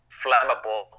flammable